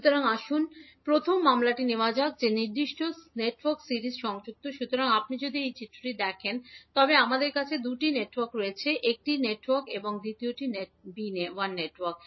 সুতরাং আসুন প্রথম মামলাটি নেওয়া যাক যে নেটওয়ার্কটি সিরিজ সংযুক্ত সুতরাং আপনি যদি এই চিত্রটিতে দেখেন তবে আমাদের কাছে দুটি নেটওয়ার্ক রয়েছে একটি নেটওয়ার্ক a এবং দ্বিতীয়টি নেটওয়ার্ক b